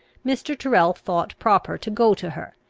mr. tyrrel thought proper to go to her,